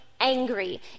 angry